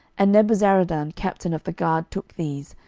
and nebuzaradan captain of the guard took these,